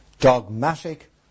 dogmatic